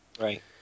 Right